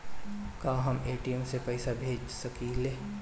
का हम ए.टी.एम से पइसा भेज सकी ले?